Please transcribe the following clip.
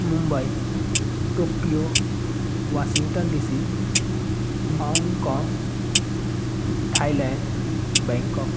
Mumbai Tokyo Washington D C Hong Kong Thailand Bangkok